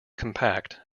compact